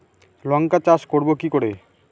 লঙ্কা চাষ করব কি করে?